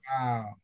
Wow